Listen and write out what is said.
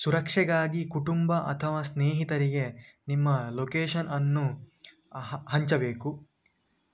ಸುರಕ್ಷೆಗಾಗಿ ಕುಟುಂಬ ಅಥವಾ ಸ್ನೇಹಿತರಿಗೆ ನಿಮ್ಮ ಲೊಕೇಶನನ್ನು ಹ ಹಂಚಬೇಕು